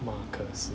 marcus